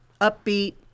upbeat